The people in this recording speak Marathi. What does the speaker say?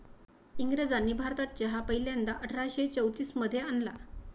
इंग्रजांनी भारतात चहा पहिल्यांदा अठरा शे चौतीस मध्ये आणला